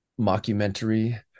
mockumentary